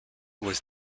was